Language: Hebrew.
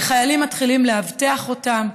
וחיילים מתחילים לאבטח אותם,